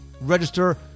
register